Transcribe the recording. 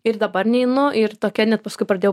ir dabar neinu ir tokia net paskui pradėjau